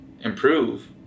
improve